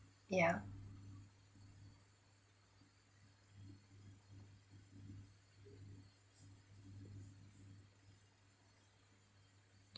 yeah